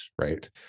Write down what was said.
right